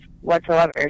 whatsoever